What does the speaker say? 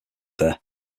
there